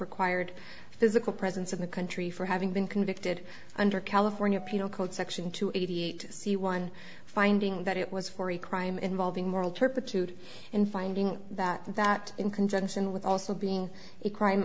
required physical presence in the country for having been convicted under california penal code section two eighty eight c one finding that it was for a crime involving moral turpitude in finding that that in conjunction with also being a crime